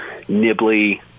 nibbly